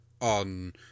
on